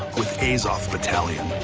with azov battalion.